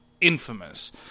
infamous